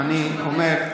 אני אומר,